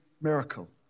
miracle